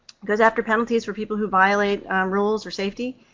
goes after penalties for people who violate rules or safety.